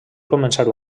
començar